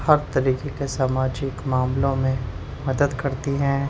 ہر طریقے کے سماجک معاملوں میں مدد کرتی ہیں